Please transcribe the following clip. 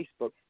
Facebook